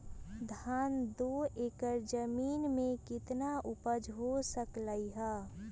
धान दो एकर जमीन में कितना उपज हो सकलेय ह?